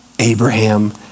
Abraham